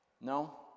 No